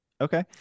okay